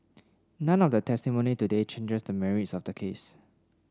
none of the testimony today changes the merits of the case